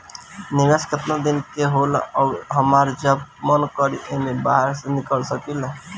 निवेस केतना दिन के होला अउर हमार जब मन करि एमे से बहार निकल सकिला?